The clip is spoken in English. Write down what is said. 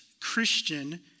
Christian